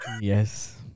Yes